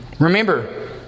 Remember